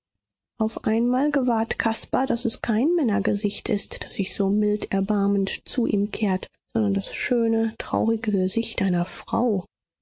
auf einmal gewahrt caspar daß es kein männergesicht ist das sich so mild erbarmend zu ihm kehrt sondern das schöne traurige gesicht einer frau